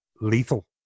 lethal